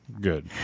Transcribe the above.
Good